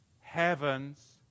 heavens